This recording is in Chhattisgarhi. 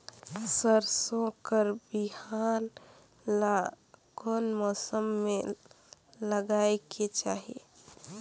सरसो कर बिहान ला कोन मौसम मे लगायेक चाही?